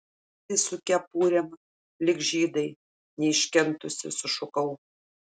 sėdi su kepurėm lyg žydai neiškentusi sušukau